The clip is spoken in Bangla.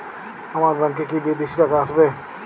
আমার ব্যংকে কি বিদেশি টাকা আসবে?